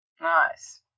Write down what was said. nice